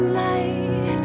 light